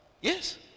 Yes